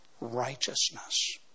righteousness